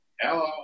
Hello